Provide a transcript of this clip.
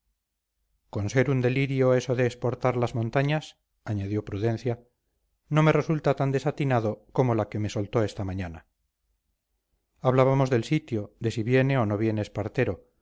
con ser un delirio eso de exportar las montañas añadió prudencia no me resulta tan desatinado como la que me soltó esta mañana hablábamos del sitio de si viene o no viene espartero